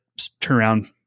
turnaround